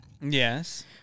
Yes